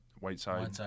Whiteside